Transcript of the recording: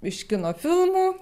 iš kino filmų